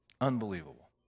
Unbelievable